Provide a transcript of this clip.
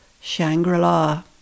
Shangri-La